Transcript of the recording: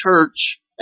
church